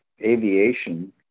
aviation